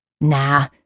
Nah